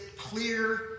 clear